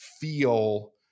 feel